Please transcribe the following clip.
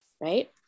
right